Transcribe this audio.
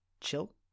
chill